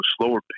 slower